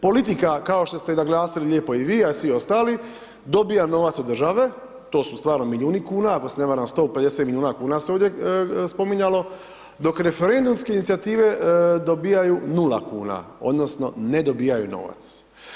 Politika, kao što ste naglasili lijepo i vi, a i svi ostali, dobiva novac od države, to su stvarno milijuni kuna, ako se ne varam 150 milijuna kuna se ovdje spominjalo, dok referendumske inicijative dobivaju nula kuna odnosno ne dobivaju novac.